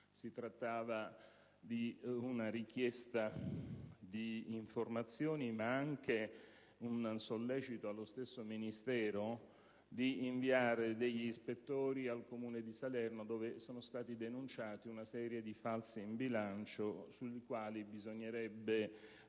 Si tratta di una richiesta di informazioni, ma anche di un sollecito allo stesso Ministro ad inviare degli ispettori presso il Comune di Salerno in cui sono stati denunciati una serie di falsi in bilancio sui quali bisognerebbe